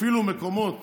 אפילו מקומות